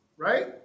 Right